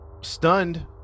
stunned